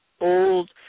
old